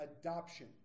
adoption